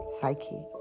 psyche